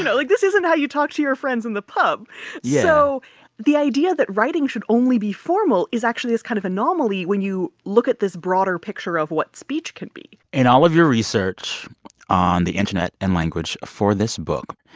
you know like, this isn't how you talk to your friends in the pub yeah so the idea that writing should only be formal is actually this kind of anomaly when you look at this broader picture of what speech can be in all of your research on the internet and language for this book,